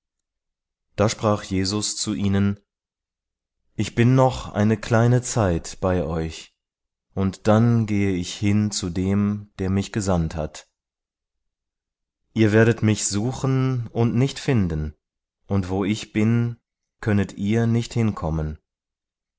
da sprach jesus zu ihnen ich bin noch eine kleine zeit bei euch und dann gehe ich hin zu dem der mich gesandt hat ihr werdet mich suchen und nicht finden und wo ich bin könnet ihr nicht hin